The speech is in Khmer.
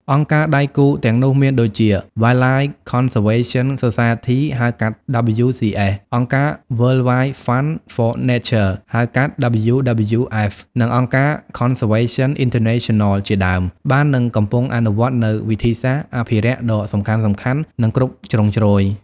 អង្គការដៃគូទាំងនោះមានដូចជា Wildlife Conservation Society ហៅកាត់ WCS អង្គការ World Wide Fund for Nature ហៅកាត់ WWF និងអង្គការ Conservation International ជាដើម បាននិងកំពុងអនុវត្តនូវវិធីសាស្រ្តអភិរក្សដ៏សំខាន់ៗ និងគ្រប់ជ្រុងជ្រោយ។